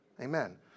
Amen